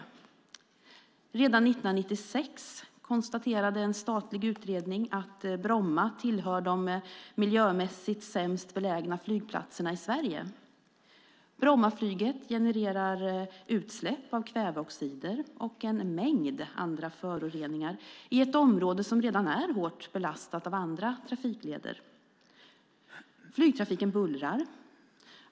Redan 1996 konstaterade en statlig utredning att Bromma tillhör de miljömässigt sämst belägna flygplatserna i Sverige. Brommaflyget genererar utsläpp av kväveoxider och en mängd andra föroreningar i ett område som redan är hårt belastat av andra trafikleder. Flygtrafiken bullrar.